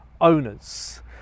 owners